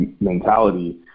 mentality